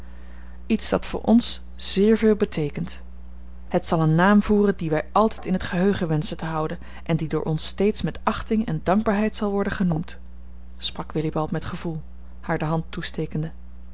iets dat voor ons zeer veel beteekent het zal een naam voeren dien wij altijd in t geheugen wenschen te houden en die door ons steeds met achting en dankbaarheid zal worden genoemd sprak willibald met gevoel haar de hand toestekende